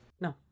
No